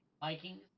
Vikings